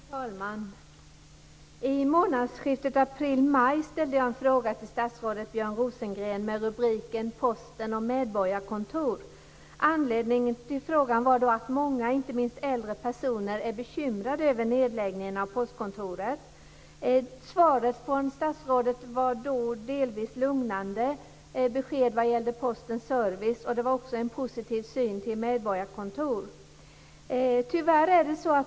Fru talman! I månadsskiftet april-maj ställde jag en fråga till statsrådet Björn Rosengren med rubriken Posten och medborgarkontor. Anledningen till frågan var då att många, inte minst äldre personer, var bekymrade över nedläggningen av postkontoren. Svaret från statsrådet gav då delvis lugnande besked när det gäller postens service. Det gav också uttryck för en positiv syn på medborgarkontor.